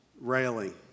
railing